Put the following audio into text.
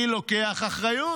אני לוקח אחריות,